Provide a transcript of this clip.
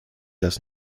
das